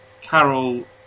Carol